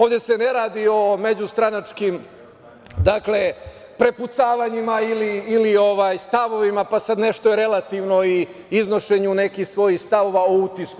Ovde se ne radi o međustranačkim prepucavanjima ili stavovima, pa sad nešto je relativno i iznošenju nekih svojih stavova o utisku.